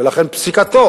ולכן פסיקתו